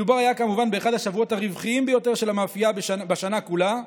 מדובר היה כמובן באחד השבועות הרווחיים ביותר של המאפייה בשנה כולה,